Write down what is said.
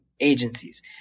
agencies